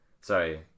sorry